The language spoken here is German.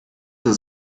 zur